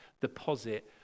deposit